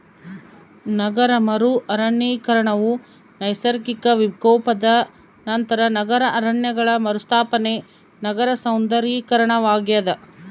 ನಗರ ಮರು ಅರಣ್ಯೀಕರಣವು ನೈಸರ್ಗಿಕ ವಿಕೋಪದ ನಂತರ ನಗರ ಅರಣ್ಯಗಳ ಮರುಸ್ಥಾಪನೆ ನಗರ ಸೌಂದರ್ಯೀಕರಣವಾಗ್ಯದ